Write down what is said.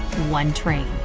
one train.